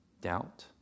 Doubt